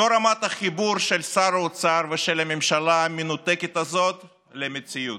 זו רמת החיבור של שר האוצר ושל הממשלה המנותקת הזאת למציאות.